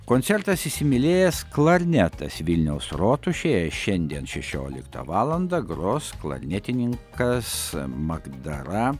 koncertas įsimylėjęs klarnetas vilniaus rotušėje šiandien šešioliktą valandą gros klarnetininkas magdara